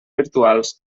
virtuals